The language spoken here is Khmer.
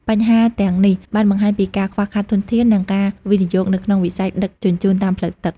បញ្ហាទាំងនេះបានបង្ហាញពីការខ្វះខាតធនធាននិងការវិនិយោគនៅក្នុងវិស័យដឹកជញ្ជូនតាមផ្លូវទឹក។